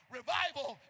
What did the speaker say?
revival